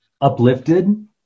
uplifted